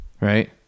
right